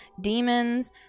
demons